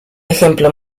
ejemplo